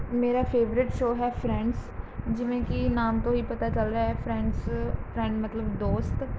ਮੇਰਾ favourite show ਹੈ Friends ਜਿਵੇਂ ਕਿ ਨਾਮ ਤੋਂ ਹੀ ਪਤਾ ਚੱਲ ਰਿਹਾ ਹੈ ਫ੍ਰੈਡਜ਼ ਫ੍ਰੈਂਡ ਮਤਲਬ ਦੋਸਤ